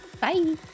Bye